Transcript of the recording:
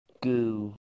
goo